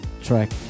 track